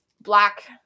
black